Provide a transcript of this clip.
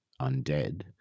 undead